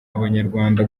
abanyarwanda